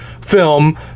film